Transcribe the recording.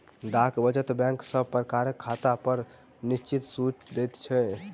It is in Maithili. डाक वचत बैंक सब प्रकारक खातापर निश्चित सूइद दैत छै